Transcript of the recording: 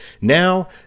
Now